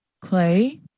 clay